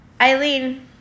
Eileen